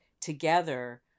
together